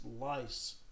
lice